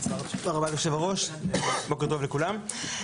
תודה רבה ליושב הראש, בוקר טוב לכולם.